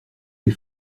les